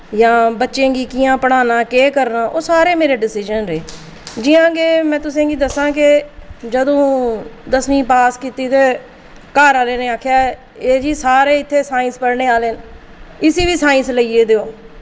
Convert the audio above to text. जां बच्चें गी कि'यां पढ़ाना केह् करना ओह् सारे मेरे डिसिजन रेह् जि'यां गे मैं तुसें गी दस्सां के जदूं दसमीं पास कीती ते घर आह्लें आखेया ऐ जी सारे इत्थै साईंस पढ़ने आह्ले न इस्सी बी साईंस लेई ऐ देओ